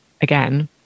again